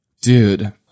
Dude